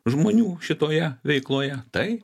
žmonių šitoje veikloje tai